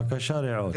בבקשה רעות.